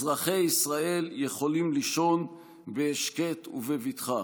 אזרחי ישראל יכולים לישון בהשקט ובבטחה.